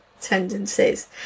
tendencies